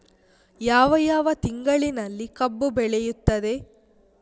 ಯಾವ ಯಾವ ತಿಂಗಳಿನಲ್ಲಿ ಕಬ್ಬು ಬೆಳೆಯುತ್ತದೆ?